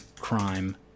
crime